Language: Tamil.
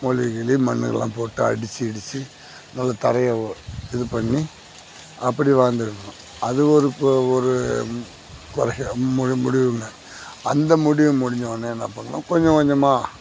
மொழுகி கிழுகி மண்ணு இதெல்லாம் போட்டு அடிச்சு கிடிச்சு நல்ல தரையை இது பண்ணி அப்படி வாழ்ந்திருக்கோம் அது ஒரு இப்போ ஒரு குறையா முடி முடியுங்க அந்த முடிவு முடிஞ்சோனே என்ன பண்ணனும் கொஞ்சம் கொஞ்சமாக